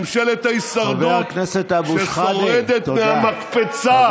ממשלת ההישרדות, ששורדת מהמקפצה בלי בושה.